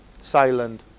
silent